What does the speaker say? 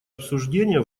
обсуждение